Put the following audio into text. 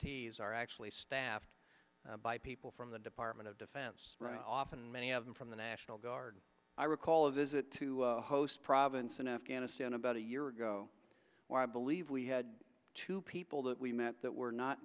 ts are actually staffed by people from the department of defense often many of them from the national guard i recall a visit to host province in afghanistan about a year ago where i believe we had two people that we met that were not